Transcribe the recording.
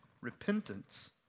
Repentance